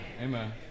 Amen